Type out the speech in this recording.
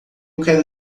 quero